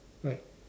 like